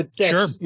Sure